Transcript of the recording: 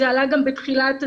זה עלה גם בתחילת הדיון,